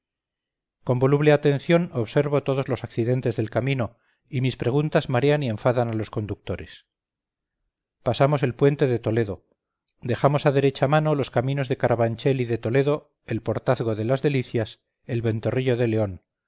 con voluble atención observo todos los accidentes del camino y mis preguntas marean y enfadan a los conductores pasamos el puente de toledo dejamosa derecha mano los caminos de carabanchel y de toledo el portazgo de las delicias el ventorrillo de león